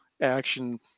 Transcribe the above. action